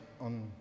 on